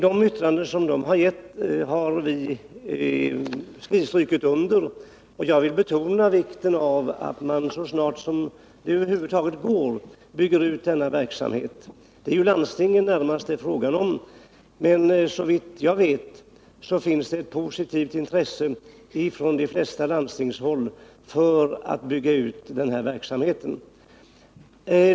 De yttrandena har vi strukit under, och jag vill betona vikten av att man så snart som det över huvud taget går bygger ut denna verksamhet. Det är närmast landstingen det berör, och såvitt jag vet finns det ett positivt intresse inom de flesta landsting för att bygga ut den här verksamheten.